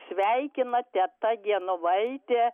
sveikina teta genovaitė